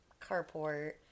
carport